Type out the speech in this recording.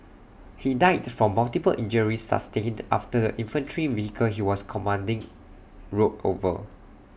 he died from multiple injuries sustained after the infantry vehicle he was commanding rolled over